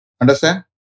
Understand